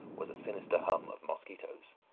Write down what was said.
was a sinister hum of mosquitoes.